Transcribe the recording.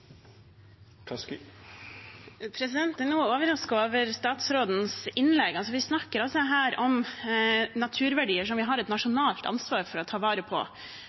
over statsrådens innlegg. Vi snakker altså om naturverdier som vi har et nasjonalt ansvar for å ta vare på.